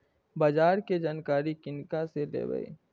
बाजार कै जानकारी किनका से लेवे?